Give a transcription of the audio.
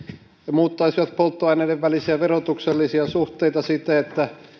muuttaisivat polttoaineiden välisiä verotuksellisia suhteita siten että